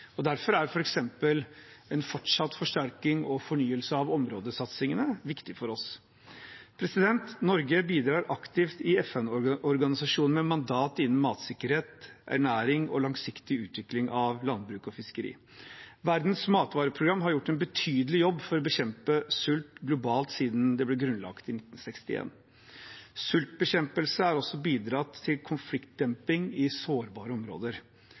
Derfor er f.eks. en fortsatt forsterking og fornyelse av områdesatsingene viktig for oss. Norge bidrar aktivt i FN-organisasjonene med mandat innen matsikkerhet, ernæring og langsiktig utvikling av landbruk og fiskeri. Verdens matvareprogram har gjort en betydelig jobb for å bekjempe sult globalt siden det ble grunnlagt i 1961. Sultbekjempelse har også bidratt til konfliktdemping i sårbare områder.